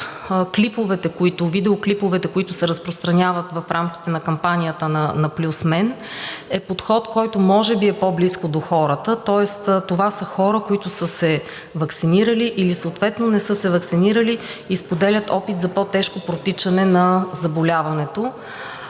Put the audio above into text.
като подход –видеоклиповете, които се разпространяват в рамките на кампанията „+ мен“, е подход, който може би е по-близко до хората, тоест това са хора, които са се ваксинирали или съответно не са се ваксинирали и споделят опит за по-тежко протичане на заболяването.